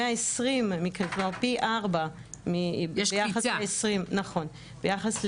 מדובר ב-120 מקרים, כבר פי ארבע, ביחס ל-2020.